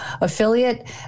affiliate